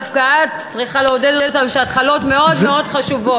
דווקא את צריכה לעודד אותנו שהתחלות מאוד חשובות.